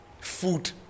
food